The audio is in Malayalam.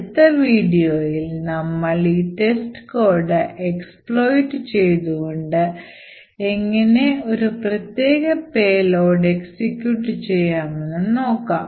അടുത്ത വീഡിയോയിൽ നമ്മൾ ഈ testcode എക്സ്പ്ലോയിറ്റ് ചെയ്തുകൊണ്ട് എങ്ങനെ ഒരു പ്രത്യേക payload execute ചെയ്യാം എന്ന് നമുക്ക് നോക്കാം